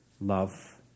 love